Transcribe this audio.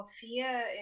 fear